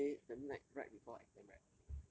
the day the night right before exam right